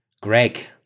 Greg